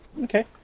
Okay